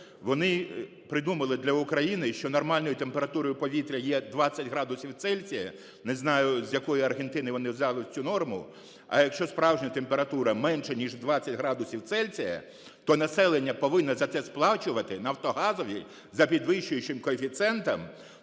вони придумали для України, що нормальною температурою повітря є 20 градусів Цельсія, не знаю з якої Аргентини вони взяли цю норму. А якщо справжня температура менша, ніж 20 градусів Цельсія, то населення повинно за це сплачувати "Нафтогазові" за підвищуючим коефіцієнтом,